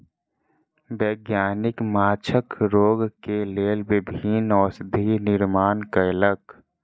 वैज्ञानिक माँछक रोग के लेल विभिन्न औषधि निर्माण कयलक